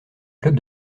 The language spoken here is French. club